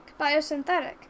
biosynthetic